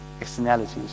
externalities